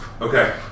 Okay